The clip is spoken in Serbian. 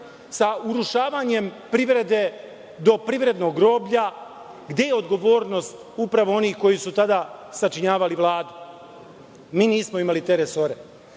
sa urušavanje privrede do privrednog groblja? Gde je odgovornost upravo onih koji su tada sačinjavali Vladu? Mi nismo imali te resore.